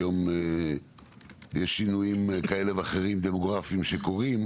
היום יש שינויים דמוגרפיים כאלה ואחרים שקורים,